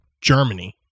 Germany